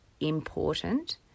important